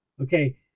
okay